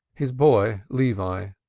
his boy, levi,